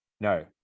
No